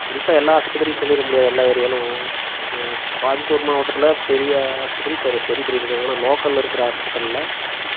குறிப்பாக எல்லா ஆஸ்பத்திரியும் சொல்லிட முடியாதுல ஏரியாவில் கோயம்புத்தூர் மாவட்டத்தில் பெரிய ஆஸ்பத்திரி சரி பண்ணிட்டு இருக்காங்க ஆனால் லோக்கல்லில் இருக்கிற ஹாஸ்பிட்டலில்